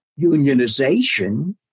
unionization